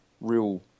real